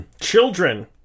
Children